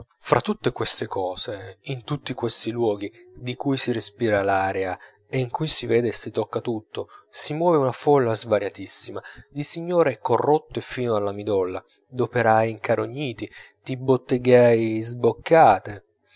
fra tutte queste cose in tutti questi luoghi di cui si respira l'aria e in cui si vede e si tocca tutto si muove una folla svariatissima di signore corrotte fino alla midolla d'operai incarogniti di bottegaie sboccate